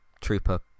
trooper